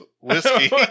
whiskey